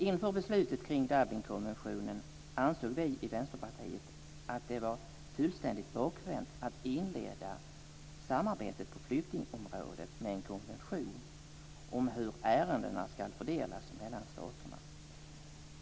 Inför beslutet kring Dublinkonventionen ansåg vi i Vänsterpartiet att det var fullständigt bakvänt att inleda samarbetet på flyktingområdet med en konvention om hur ärendena ska fördelas mellan staterna.